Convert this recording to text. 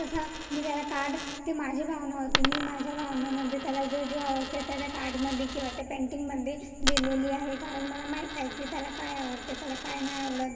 तसं मी त्याला काड ती माझी भावना होती मी माझ्या भावनामधे त्याला जो जो आवडते त्याला काडमधे किंवा त्या पेंटींगमधे दिलेली आहे कारण मला माहीत आहे की त्याला काय आवडते त्याला काय नाही आवडत